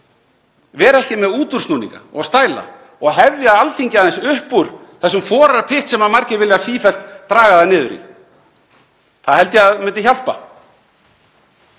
vera ekki með útúrsnúninga og stæla og hefja Alþingi aðeins upp úr þeim forarpytti sem margir vilja sífellt draga það niður í. Það held ég að myndi hjálpa.